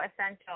essential